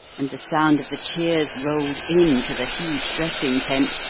and the sound of the cheers rolled in to the huge dressing-tent,